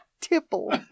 tipple